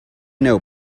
know